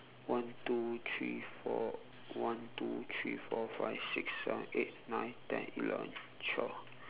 one two three four one two three four five six seven eight nine ten eleven twelve